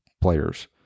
players